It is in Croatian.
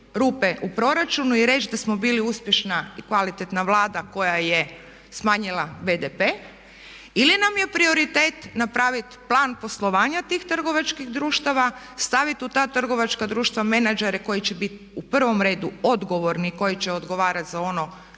rupe u proračunu i reći da smo bili uspješna i kvalitetna Vlada koja je smanjila BDP ili nam je prioritet napraviti plan poslovanja tih trgovačkih društava, staviti u ta trgovačka društva menadžere koje će bit u prvom redu odgovorni i koji će odgovarati za